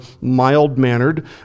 mild-mannered